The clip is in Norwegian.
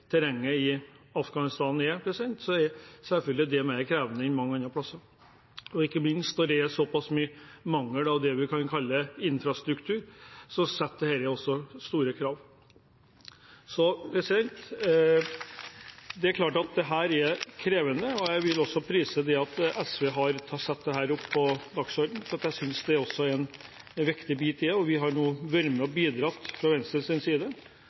terrenget i Afghanistan er, er det selvfølgelig mer krevende enn mange andre plasser. Og når det ikke minst er såpass store mangler når det gjelder det vi kan kalle infrastruktur, stiller det også store krav. Det er klart at dette er krevende, og jeg vil prise det at SV har satt dette på dagsordenen, for jeg synes det er viktig. Vi, fra Venstres side, har nå vært med og bidratt